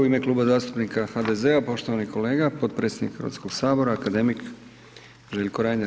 U ime Kluba zastupnika HDZ-a poštovani kolega, potpredsjednik Hrvatskog sabora, akademik Željko Reiner.